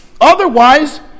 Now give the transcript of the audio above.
Otherwise